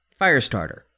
Firestarter